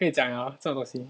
跟你讲了啊这种东西